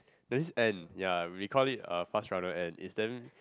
there is this ant ya we called it uh fast runner ant is damn